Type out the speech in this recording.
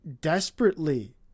desperately